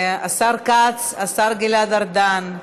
השר כץ, השר גלעד ארדן,